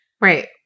Right